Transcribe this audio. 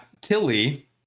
Tilly